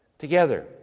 Together